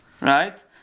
right